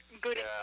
good